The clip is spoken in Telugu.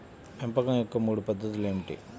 పెంపకం యొక్క మూడు పద్ధతులు ఏమిటీ?